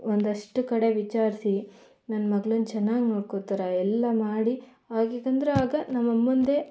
ಒಂದಷ್ಟು ಕಡೆ ವಿಚಾರಿಸಿ ನನ್ನ ಮಗ್ಳನ್ನ ಚೆನ್ನಾಗಿ ನೋಡ್ಕೊಳ್ತಾರಾ ಎಲ್ಲ ಮಾಡಿ ಹಾಗೀಗಂದ್ರೆ ಆಗ ನಮ್ಮಮ್ಮನದೇ